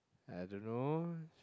I don't know